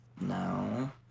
No